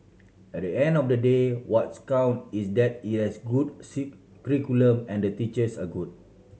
at the end of the day what's count is that it has a good curriculum and the teachers are good